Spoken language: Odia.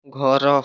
ଘର